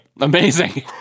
Amazing